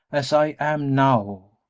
as i am now.